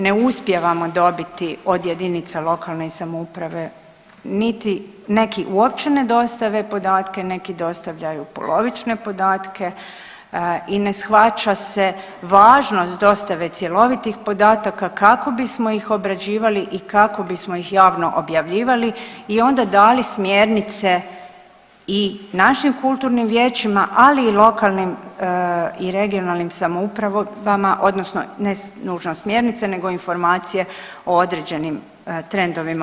Na uspijevamo dobiti od jedinica lokalne i samouprave niti neki uopće ne dostave podatke, neki dostavljaju polovične podatke i ne shvaća se važnost dostave cjelovitih podataka, kako bismo ih obrađivali i kako bismo ih javno objavljivali i onda dali smjernice i našim kulturnim vijećima, ali i lokalnim i regionalnim samoupravama, odnosno ne nužno smjernice nego informacije o određenim trendovima.